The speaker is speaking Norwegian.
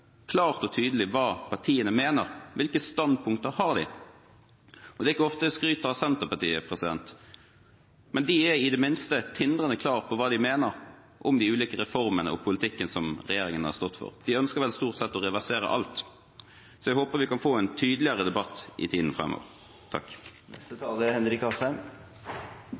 klart og tydelig hva partiene mener. Hvilke standpunkter har de? Det er ikke ofte jeg skryter av Senterpartiet, men de er i det minste tindrende klare på hva de mener om de ulike reformene og om politikken som regjeringen har stått for – de ønsker vel stort sett å reversere alt. Jeg håper vi kan få en tydeligere debatt i tiden